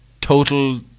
total